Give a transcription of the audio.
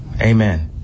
Amen